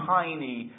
tiny